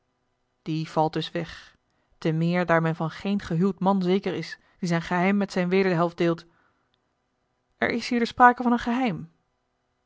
die valt dus weg te meer daar men van geen gehuwd man zeker is die zijn geheim met zijne wederhelft deelt er is hier dus sprake van een geheim